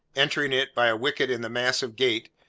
entering it, by a wicket in the massive gate,